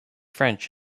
french